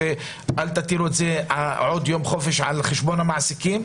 ואל תטילו עוד יום חופש על חשבון המעסיקים,